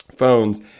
Phones